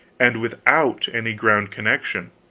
and without any ground-connection.